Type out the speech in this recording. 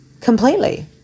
completely